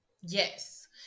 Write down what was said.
Yes